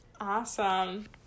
Awesome